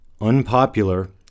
unpopular